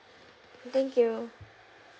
thank you